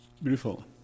Beautiful